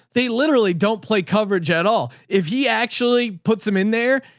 they literally don't play coverage at all. if he actually puts them in there,